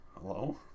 hello